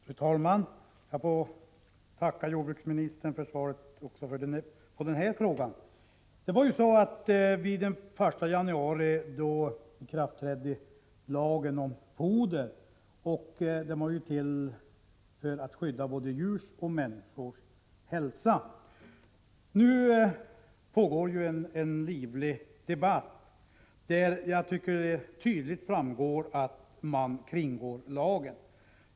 Fru talman! Jag får tacka jordbruksministern för svaret också på denna fråga. Den 1 januari trädde foderlagen i kraft. Denna lag syftar till att skydda både djurs och människors hälsa. Det pågår nu en livlig debatt, av vilken tydligt framgår att man kringgår lagen.